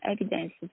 evidence